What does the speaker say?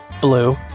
blue